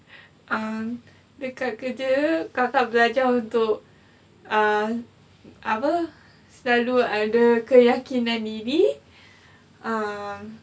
um dekat kerja kakak belajar untuk uh apa selalu ada keyakinan diri um